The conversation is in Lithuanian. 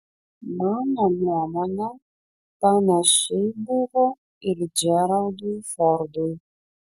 mano nuomone panašiai buvo ir džeraldui fordui